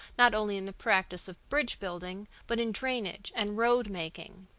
not only in the practice of bridge-building but in drainage and road-making.